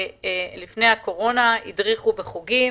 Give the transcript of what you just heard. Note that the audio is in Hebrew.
שלפני הקורונה הדריכו בחוגים